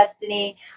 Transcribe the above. destiny